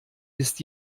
ist